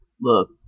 Look